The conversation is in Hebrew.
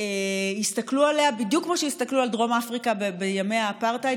שיסתכלו עליה בדיוק כמו שהסתכלו על דרום אפריקה בימי האפרטהייד